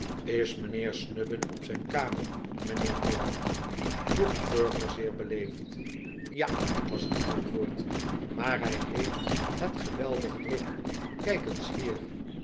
is mijnheer snubbin op zijn kamer mijnheer mallard vroeg perker zeer beleefd ja was het antwoord maar hij heeft het geweldig druk kijk eens hier